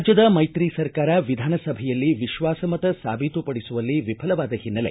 ರಾಜ್ಯದ ಮೈತ್ರಿ ಸರ್ಕಾರ ವಿಧಾನಸಭೆಯಲ್ಲಿ ವಿಶ್ವಾಸಮತ ಸಾಬೀತುಪಡಿಸುವಲ್ಲಿ ವಿಫಲವಾದ ಹಿನ್ನೆಲೆ